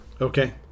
Okay